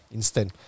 Instant